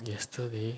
yesterday